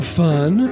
fun